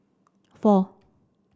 four